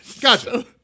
gotcha